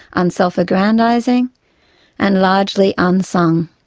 unselfaggrandising and largely unsung.